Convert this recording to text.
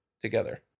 together